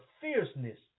fierceness